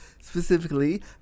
specifically